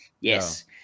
yes